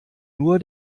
nur